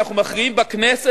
אנחנו מכריעים בכנסת,